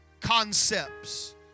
concepts